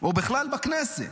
או בכלל בכנסת.